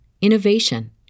innovation